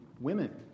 women